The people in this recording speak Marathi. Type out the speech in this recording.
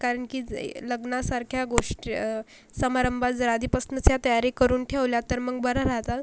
कारण की लग्नासारख्या गोष्ट समारंभात जर आधीपासूनच ह्या तयारी करून ठेवल्या तर मग बरं राहतं